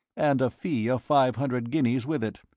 and a fee of five hundred guineas with it.